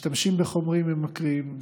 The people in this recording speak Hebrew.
משתמשים בחומרים ממכרים,